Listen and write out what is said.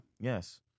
Yes